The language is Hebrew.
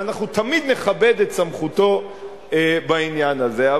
אבל אנחנו תמיד נכבד את סמכותו בעניין הזה.